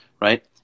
right